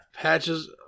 Patches